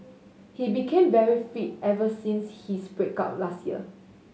he became very fit ever since his break up last year